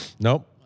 Nope